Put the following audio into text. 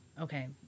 okay